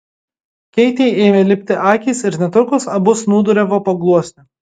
keitei ėmė lipti akys ir netrukus abu snūduriavo po gluosniu